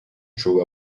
through